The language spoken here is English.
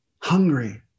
hungry